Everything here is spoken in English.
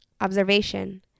Observation